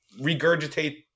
regurgitate